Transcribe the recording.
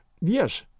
Yes